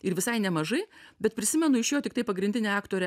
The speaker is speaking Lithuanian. ir visai nemažai bet prisimenu iš jo tiktai pagrindinę aktorę